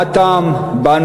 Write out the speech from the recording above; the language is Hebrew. מה הטעם בנו,